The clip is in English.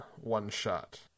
one-shot